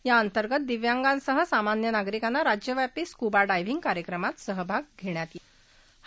याअंतर्गत दिव्यांगासह सामान्य नागरिकांना राज्यव्यापी स्कुबा डायव्हींग कार्यक्रमात सहभाग घसी यसी